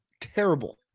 Terrible